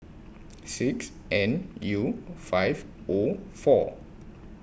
six N U five O four